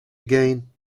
again